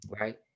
right